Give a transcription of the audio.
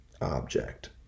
object